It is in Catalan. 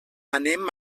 anem